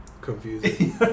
Confusing